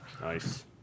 Nice